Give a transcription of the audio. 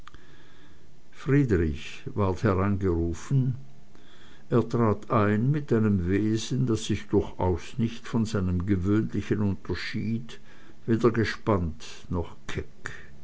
friedrich ward hereingerufen er trat ein mit einem wesen das sich durchaus nicht von seinem gewöhnlichen unterschied weder gespannt noch keck